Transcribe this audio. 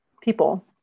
people